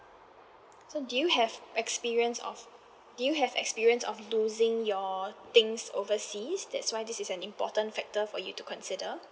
so do you have experience of do you have experience of losing your things overseas that's why this is an important factor for you to consider